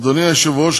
אדוני היושב-ראש,